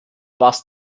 was